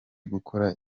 gukora